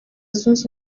zunze